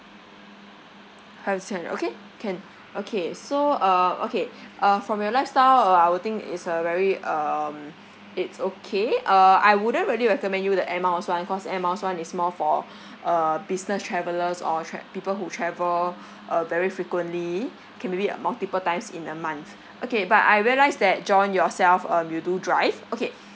understand okay can okay so uh okay uh from your lifestyle uh I would think is a very um it's okay uh I wouldn't really recommend you the air miles one cause the air miles one is more for uh business travellers or tra~ people who travel uh very frequently okay maybe a multiple times in a month okay but I realised that john yourself um you do drive okay